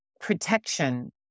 protection